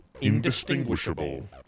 Indistinguishable